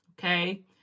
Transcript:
Okay